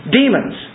demons